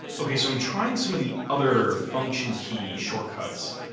okay, so i'm trying some of the other function key shortcuts,